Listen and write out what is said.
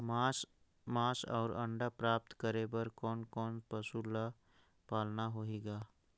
मांस अउ अंडा प्राप्त करे बर कोन कोन पशु ल पालना होही ग?